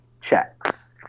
checks